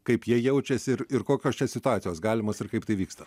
kaip jie jaučiasi ir ir kokios čia situacijos galimos ir kaip tai vyksta